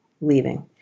leaving